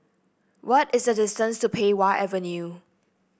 what is the distance to Pei Wah Avenue